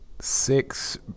six